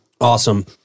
Awesome